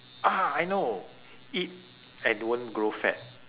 ah I know eat and don't grow fat